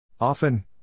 Often